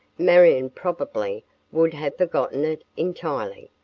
marion probably would have forgotten it entirely.